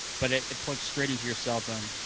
but it plugs straight into your cellphone,